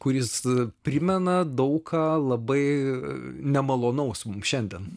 kuris primena daug ką labai nemalonaus mum šiandien